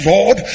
Lord